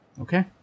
Okay